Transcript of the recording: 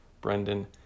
Brendan